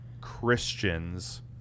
Christians